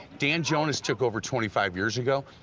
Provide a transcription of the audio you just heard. dan jonas took over twenty five years ago.